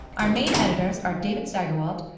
our main editors are david steigerwald,